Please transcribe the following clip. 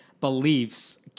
beliefs